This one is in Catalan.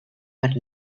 per